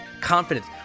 confidence